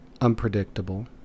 Unpredictable